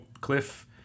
Cliff